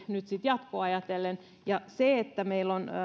nyt jatkoa ajatellen se että meillä on